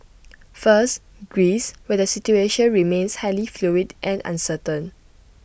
first Greece where the situation remains highly fluid and uncertain